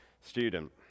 student